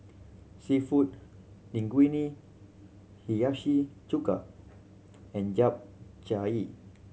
Seafood Linguine Hiyashi Chuka and Japchae